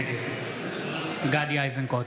נגד גדי איזנקוט,